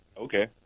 Okay